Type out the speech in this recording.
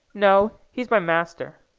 no. he's my master.